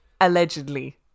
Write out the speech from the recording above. allegedly